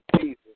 Jesus